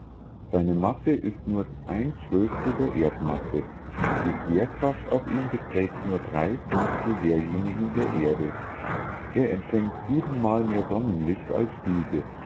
seine masse ist nur der erdmasse die schwerkraft auf ihm beträgt nur drei fünftel derjenigen der erde er empfängt siebenmal mehr sonnenlicht als diese